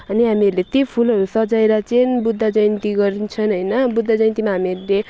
अनि हामीहरूले ती फुलहरू सजाएर चाहिँ बुद्ध जयन्ती गरिन्छ होइन बुद्ध जयन्तीमा हामीहरूले